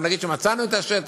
אבל נגיד שמצאנו את השטח.